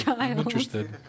interested